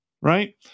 right